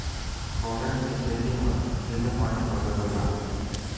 फोरन के खेती म केघा पानी पलोए बर लागथे?